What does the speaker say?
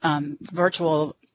virtual